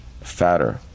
fatter